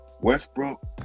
Westbrook